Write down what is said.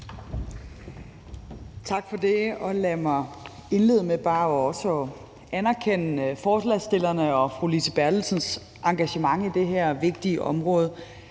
Tak for det. Lad mig indlede med bare også at anerkende forslagsstillerne og fru Lise Bertelsens engagement i det her vigtige område.